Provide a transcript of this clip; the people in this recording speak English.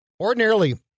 Ordinarily